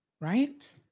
Right